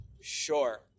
sure